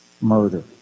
murder